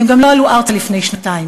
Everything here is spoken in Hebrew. הם גם לא עלו ארצה לפני שנתיים,